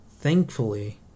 Thankfully